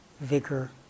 vigor